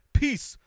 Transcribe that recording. peace